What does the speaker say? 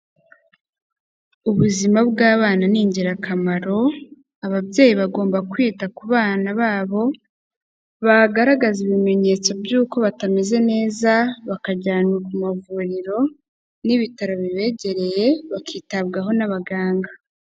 Ubuzima bw'abana ni ingirakamaro, ababyeyi bagomba kwita ku bana babo, bagaragaza ibimenyetso by'uko batameze neza bakajyanwa ku mavuriro n'ibitaro bibegereye, bakitabwaho n'abaganga.